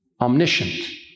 omniscient